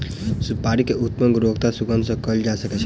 सुपाड़ी के उत्तम गुणवत्ता सुगंध सॅ कयल जा सकै छै